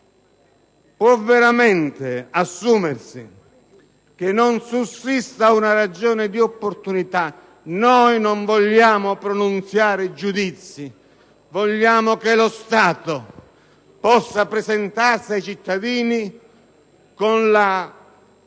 può veramente assumersi che non sussista una ragione di opportunità? Noi non vogliamo pronunciare giudizi; vogliamo che lo Stato possa presentarsi ai cittadini con la